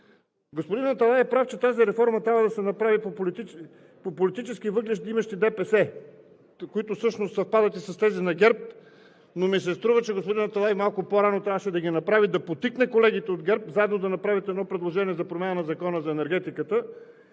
Господин Аталай е прав, че тази реформа трябва да се направи по политически възгледи, имащи ДПС, които всъщност съвпадат и с тези на ГЕРБ, но ми се струва, че господин Аталай малко по-рано трябваше да ги направи. Да подтикне колегите от ГЕРБ заедно да направят едно предложение за промяна на Закона за енергетиката